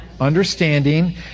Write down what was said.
understanding